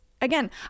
Again